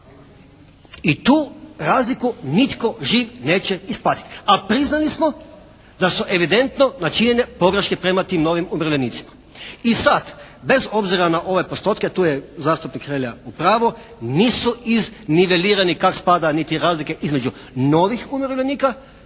I tu razliku nitko živ neće isplatiti, a priznali smo da su evidentno načinjene pogreške prema tim novim umirovljenicima. I sad, bez obzira na ove postotke tu je zastupnik Hrelja u pravu nisu iznivelirani kako spada niti razlike između novih umirovljenika,